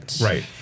right